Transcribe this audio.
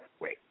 wait